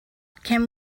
can